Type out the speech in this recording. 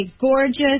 gorgeous